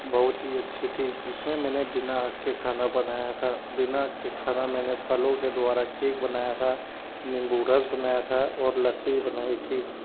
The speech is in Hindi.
बहुत ही अच्छी थी जिसमें मैंने बिना आग के खाना बनाया था बिना आग के खाना मैंने फलों के द्वारा केक बनाया था नीम्बू रस बनाया था और लस्सी बनाई थी